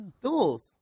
Duels